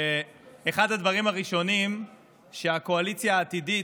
שאחד הדברים הראשונים שהקואליציה העתידית